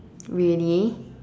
really